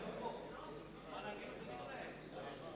ובכן,